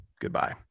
goodbye